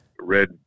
red